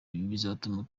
bizatuma